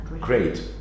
Great